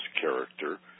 character